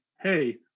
hey